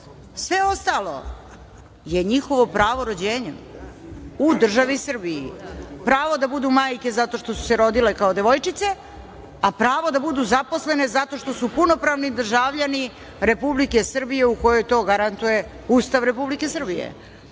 sve ostalo je njihovo pravo rođenja u državi Srbiji. Pravo da budu majke zato što su se rodile kao devojčice, a pravo da budu zaposlene zato što su punopravni državljani Republike Srbije u kojoj to garantuje Ustav Republike Srbije,